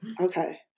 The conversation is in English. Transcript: Okay